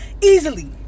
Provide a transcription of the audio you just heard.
easily